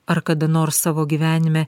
ar kada nors savo gyvenime